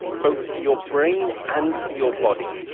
both for your brain and for your body.